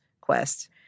quest